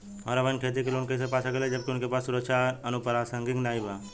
हमार बहिन खेती के लोन कईसे पा सकेली जबकि उनके पास सुरक्षा या अनुपरसांगिक नाई बा?